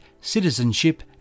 Citizenship